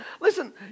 listen